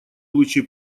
лучи